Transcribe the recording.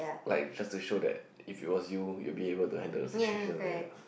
like you've just to show that if it was you you'll be able to handle the situation then